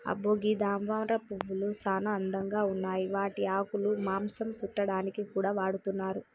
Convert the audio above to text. అబ్బో గీ తామరపూలు సానా అందంగా ఉన్నాయి వాటి ఆకులు మాంసం సుట్టాడానికి కూడా వాడతున్నారు